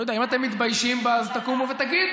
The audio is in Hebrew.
לא יודע, אם אתם מתביישים בה אז תקומו ותגידו.